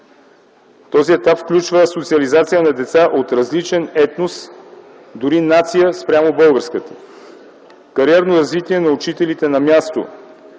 Този етап включва социализация на деца от различен етнос, дори нация спрямо българската; кариерно развитие на учителите на място;